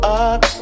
up